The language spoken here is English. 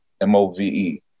M-O-V-E